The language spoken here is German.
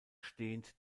stehend